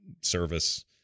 service